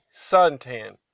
suntan